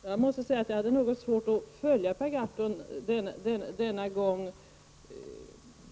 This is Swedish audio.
Herr talman! Jag hade något svårt att följa Per Gahrton.